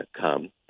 come